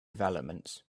developments